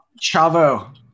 Chavo